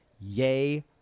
yay